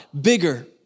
bigger